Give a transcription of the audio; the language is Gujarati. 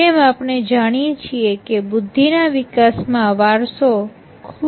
જેમ આપણે જાણીએ છીએ કે બુદ્ધિ ના વિકાસ માં વારસો ખૂબ મોટી અસર કરે છે